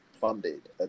funded